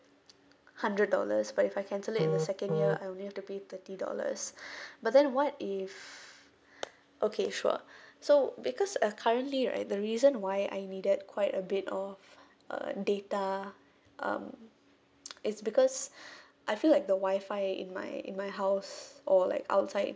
hundred dollars but if I cancel it in the second year I only have to pay thirty dollars but then what if okay sure so because uh currently right the reason why I needed quite a bit of uh data um is because I feel like the wifi in my in my house or like outside